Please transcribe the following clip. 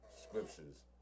scriptures